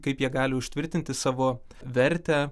kaip jie gali užtvirtinti savo vertę